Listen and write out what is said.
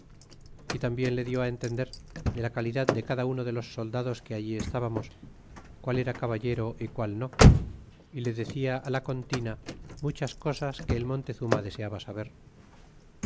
y tambien le dió entender de la calidad de cada uno de los soldados que allí estbamos qual era caballero y qual no y le decia la con tina muchas cosas que el montezuma deseaba saber